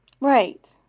Right